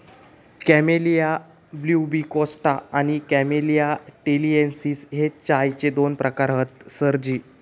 camellia pubicosta आणि camellia taliensis हे चायचे दोन प्रकार हत सरजी